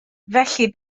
felly